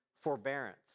forbearance